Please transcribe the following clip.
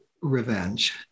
revenge